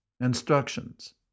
instructions